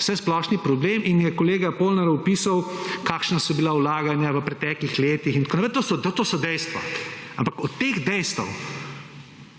vsesplošni problem in je kolega Polnar opisal, kakšna so bila vlaganja v preteklih letih in tako naprej. To so dejstva, ampak od teh dejstev